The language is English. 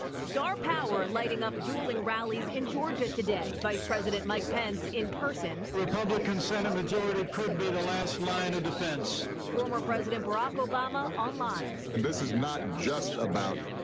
star power lighting up dueling rallies in georgia today. vice president mike pence in person. republican senate majority could be the last line of defense. reporter former president barack obama online. and this is not just about